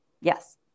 Yes